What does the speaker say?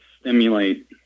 stimulate